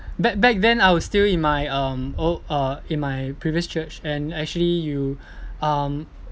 back back then I was still in my um old uh in my previous church and actually you um